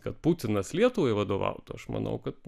kad putinas lietuvai vadovautų aš manau kad